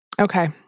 Okay